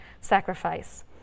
sacrifice